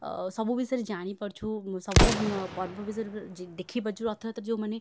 ସବୁ ବିଷୟରେ ଜାଣିପାରୁଛୁ ସବୁ ପର୍ବ ବିଷୟରେ ପୁରା ଯେ ଦେଖିପାରୁଛୁ ରଥଯାତ୍ରା ଯେଉଁମାନେ